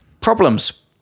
problems